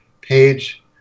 page